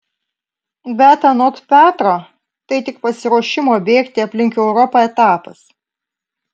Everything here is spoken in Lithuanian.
bet anot petro tai tik pasiruošimo bėgti aplink europą etapas